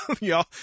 y'all